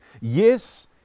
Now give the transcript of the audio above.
Yes